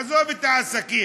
עזוב את העסקים,